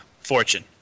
fortune